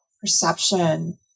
perception